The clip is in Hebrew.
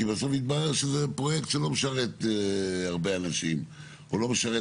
כי בסוף יתברר שזה פרויקט שלא משרת הרבה אנשים או לא משרת